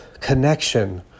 connection